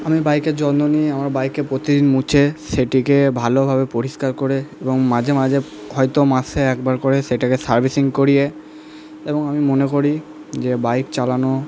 আমি বাইকের যত্ন নিই আমার বাইককে প্রতিদিন মুছে সেটিকে ভালোভাবে পরিষ্কার করে এবং মাঝে মাঝে হয়তো মাসে একবার করে সেটাকে সার্ভিসিং করিয়ে এবং আমি মনে করি যে বাইক চালানো